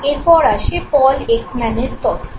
এরপর আসে পল একম্যানের তত্ত্ব